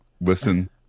Listen